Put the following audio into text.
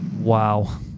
Wow